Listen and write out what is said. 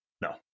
No